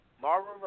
Marvin